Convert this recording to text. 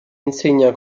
insegna